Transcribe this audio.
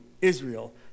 Israel